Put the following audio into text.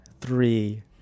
three